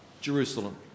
Jerusalem